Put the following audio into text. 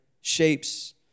shapes